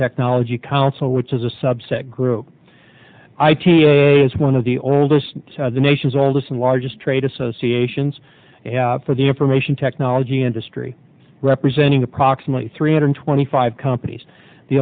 technology council which is a subset group ita is one of the oldest the nation's oldest and largest trade associations for the information technology industry representing approximately three hundred twenty five companies the